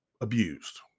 abused